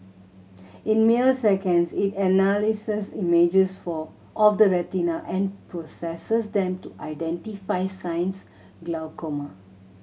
in mere seconds it analyses images for of the retina and processes them to identify signs glaucoma